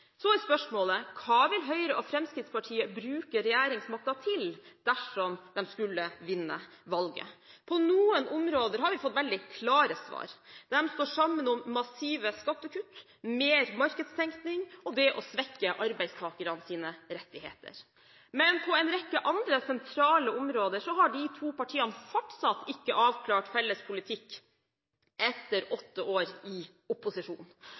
Så er spørsmålet: Hva vil Høyre og Fremskrittspartiet bruke regjeringsmakten til, dersom de skulle vinne valget? På noen områder har vi fått veldig klare svar: De står sammen om massive skattekutt, mer markedstenkning og svekking av arbeidstakernes rettigheter. Men på en rekke andre sentrale områder har de to partiene fortsatt ikke avklart felles politikk etter åtte år i opposisjon.